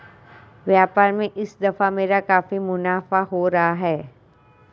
व्यापार में इस दफा मेरा काफी मुनाफा हो रहा है